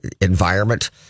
environment